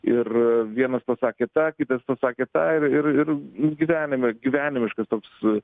ir vienas pasakė tą kitas pasakė tą ir ir ir gyvenime gyvenimiškas toks